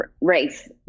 race